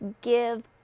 give